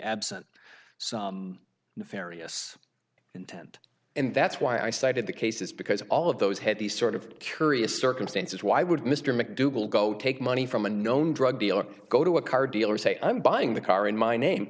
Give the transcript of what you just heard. absent some nefarious intent and that's why i cited the cases because all of those had these sort of curious circumstances why would mr mcdougal go take money from a known drug dealer go to a car dealer say i'm buying the car in my name